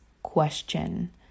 question